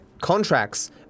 contracts